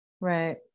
Right